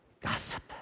gossip